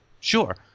Sure